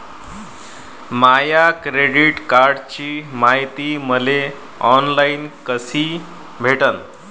माया credit कार्डची मायती मले ऑनलाईन कसी भेटन?